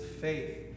faith